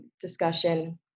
discussion